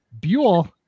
Buell